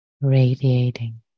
Radiating